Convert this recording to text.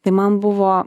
tai man buvo